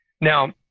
Now